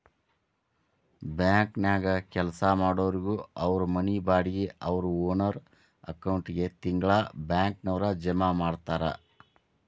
ಬ್ಯಾಂಕನ್ಯಾಗ್ ಕೆಲ್ಸಾ ಮಾಡೊರಿಗೆ ಅವ್ರ್ ಮನಿ ಬಾಡ್ಗಿ ಅವ್ರ್ ಓನರ್ ಅಕೌಂಟಿಗೆ ತಿಂಗ್ಳಾ ಬ್ಯಾಂಕ್ನವ್ರ ಜಮಾ ಮಾಡ್ತಾರ